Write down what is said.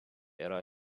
yra